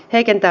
heikentää